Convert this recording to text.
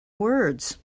words